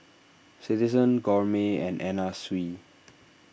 Citizen Gourmet and Anna Sui